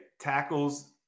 tackles